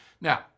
Now